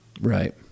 Right